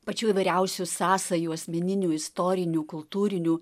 pačių įvairiausių sąsajų asmeninių istorinių kultūrinių